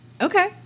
Okay